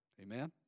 Amen